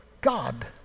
God